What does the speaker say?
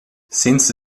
since